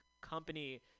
company